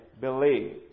believed